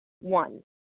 One